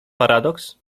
paradoks